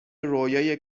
رویای